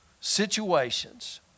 situations